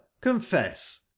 confess